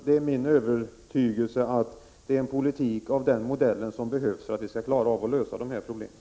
Det är min övertygelse att det är en politik av den modellen som behövs för att vi skall klara av att lösa de här problemen.